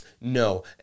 No